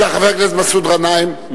בבקשה, חבר הכנסת מסעוד גנאים.